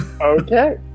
Okay